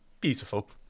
beautiful